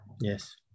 Yes